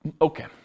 Okay